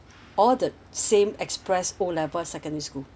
all the same express O level secondary school